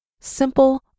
simple